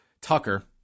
Tucker